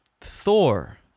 Thor